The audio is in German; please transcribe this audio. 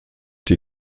die